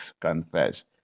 confess